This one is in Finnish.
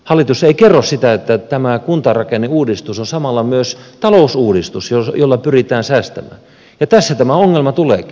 hallitus ei kerro sitä että tämä kuntarakenneuudistus on samalla myös talousuudistus jolla pyritään säästämään ja tässä tämä ongelma tuleekin